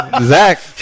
Zach